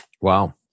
Wow